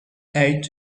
eight